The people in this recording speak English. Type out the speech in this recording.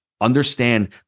Understand